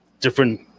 different